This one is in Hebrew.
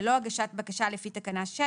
ללא הגשת בקשה לפי תקנה 6."